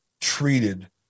treated